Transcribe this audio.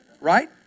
Right